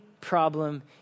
problem